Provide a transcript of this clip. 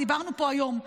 דיברנו פה היום.